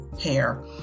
hair